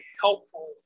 helpful